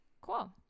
Cool